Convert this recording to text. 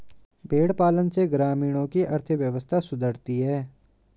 भेंड़ पालन से ग्रामीणों की अर्थव्यवस्था सुधरती है